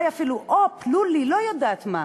אולי אפילו "הופ", "לולי" לא יודעת מה.